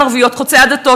על שייאמרו דברים לפרוטוקול?